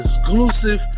exclusive